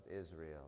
Israel